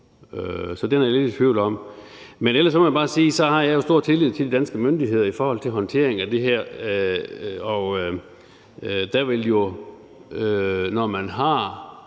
Så det er jeg lidt i tvivl om. Men ellers må jeg bare sige, at jeg jo har stor tillid til de danske myndigheder i forhold til håndtering af det her. Der vil jo, når man har